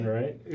right